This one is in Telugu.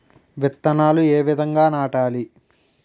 విత్తనాలు ఏ విధంగా నాటాలి?